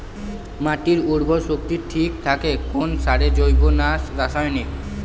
মাটির উর্বর শক্তি ঠিক থাকে কোন সারে জৈব না রাসায়নিক?